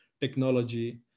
technology